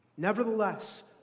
Nevertheless